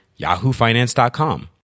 yahoofinance.com